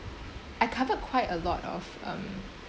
I covered quite a lot of um